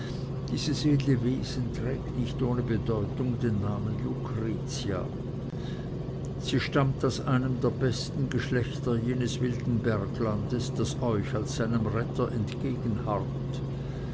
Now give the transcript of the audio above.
dieses edle wesen trägt nicht ohne bedeutung den namen lucretia sie stammt aus einem der besten geschlechter jenes wilden berglandes das euch als seinem retter